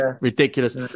ridiculous